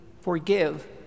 forgive